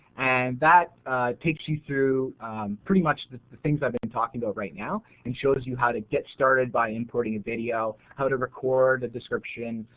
that takes you through pretty much the things i've been talking about right now and shows you how to get started by importing a video, how to record description,